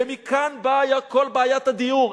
ומכאן כל בעיית הדיור.